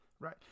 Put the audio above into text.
Right